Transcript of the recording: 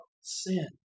sin